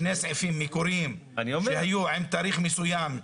שני סעיפים מקוריים שהיו עם תאריך מסוים,